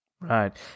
Right